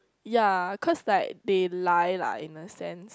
ya cause like they lie lah in a sense